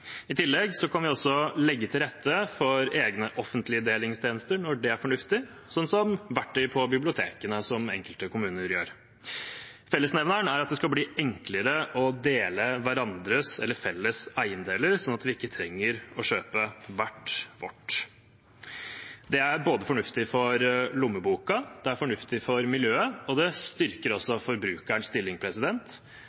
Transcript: I tillegg kan vi også legge til rette for egne offentlige delingstjenester når det er fornuftig, som verktøy på bibliotekene, som enkelte kommuner gjør. Fellesnevneren er at det skal bli enklere å dele hverandres eller felles eiendeler, slik at vi ikke trenger å kjøpe hvert vårt. Det er både fornuftig for lommeboka, det er fornuftig for miljøet, og det styrker også